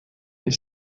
les